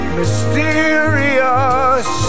mysterious